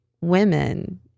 women